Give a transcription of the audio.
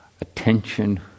attention